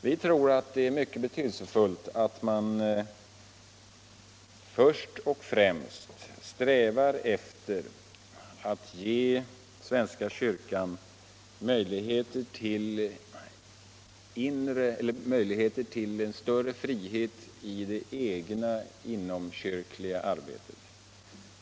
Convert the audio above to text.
Vi ser det som mycket betydelsefullt att mar först och främst strävar efter att ge svenska kyrkan möjligheter till en större frihet i det egna inomkyrkliga arbetet.